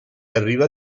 arriva